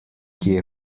kje